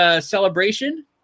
celebration